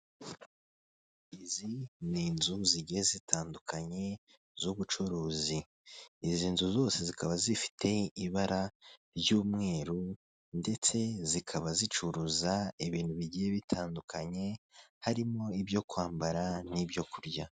Izi ni inzu zigiye zitandukanye z'ubucuruzi izi nzu zose zikaba zifite ibara ry'umweru ndetse zikaba zicuruza ibintu bigiye bitandukanye harimo ibyo kwambara n'ibyo kurya.